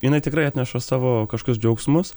jinai tikrai atneša savo kažkius džiaugsmus